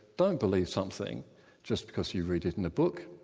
don't believe something just because you read it in a book.